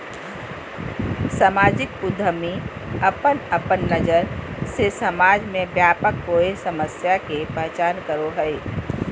सामाजिक उद्यमी अपन अपन नज़र से समाज में व्याप्त कोय समस्या के पहचान करो हइ